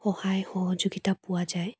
সহায় সহযোগীতা পোৱা যায়